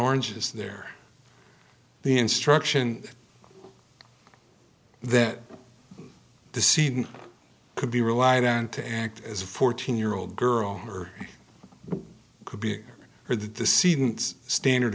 oranges there the instruction that the seed could be relied on to act as a fourteen year old girl or could be a year or that the seed standard